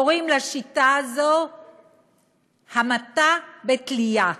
קוראים לשיטה הזו "המתה בתלייה"